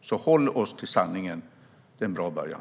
Vi ska hålla oss till sanningen. Det är en bra början.